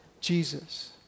Jesus